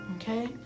Okay